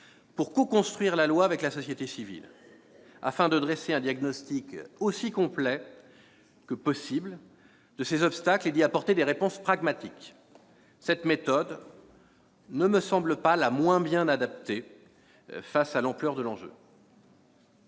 pour coconstruire le texte avec la société civile, afin de dresser un diagnostic aussi complet que possible de ces obstacles et d'y apporter des réponses pragmatiques. Cette méthode ne me semble pas la moins bien adaptée face à l'ampleur de l'enjeu.